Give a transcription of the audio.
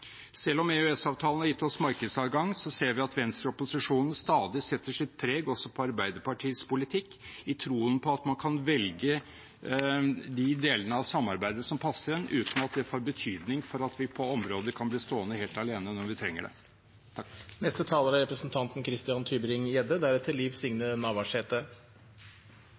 Selv om EØS-avtalen har gitt oss markedsadgang, ser vi at venstreopposisjonen stadig setter sitt preg også på Arbeiderpartiets politikk, i troen på at man kan velge de delene av samarbeidet som passer en, uten at det får betydning for at vi på områder kan bli stående helt alene når vi trenger det.